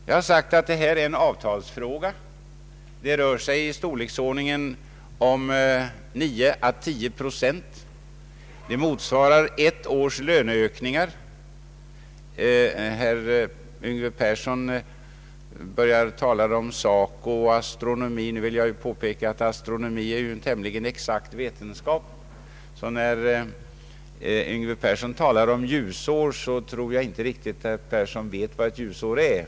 Jag har sagt att detta är en avtalsfråga. Det rör sig om 9 å 10 procent, motsvarande ett års löneökningar. Herr Yngve Persson talar om SACO och astronomi. Jag vill påpeka att astronomin är en tämligen exakt vetenskap, så att när Yngve Persson här talar om ljusår tror jag inte han vet vad ett ljusår är.